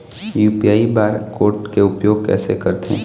UPI bar code के उपयोग कैसे करथें?